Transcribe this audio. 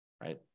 right